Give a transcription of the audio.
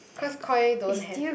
cause Koi don't have